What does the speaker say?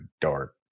dark